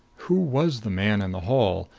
who was the man in the hall,